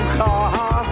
car